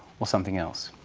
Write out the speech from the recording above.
or something else?